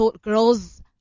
girls